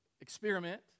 experiment